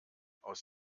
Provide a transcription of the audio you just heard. aus